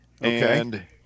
Okay